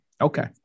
Okay